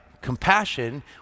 compassion